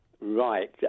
Right